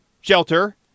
shelter